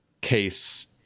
case